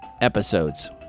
episodes